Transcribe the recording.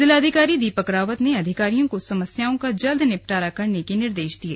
जिलाधिकारी दीपक रावत ने अधिकारियों को समस्याओं का जल्द निपटारा करने के निर्देश दिये